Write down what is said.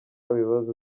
bibazo